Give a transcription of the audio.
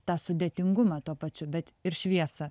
tą sudėtingumą tuo pačiu bet ir šviesą